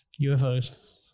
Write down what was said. UFOs